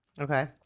Okay